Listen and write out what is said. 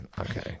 Okay